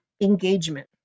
engagement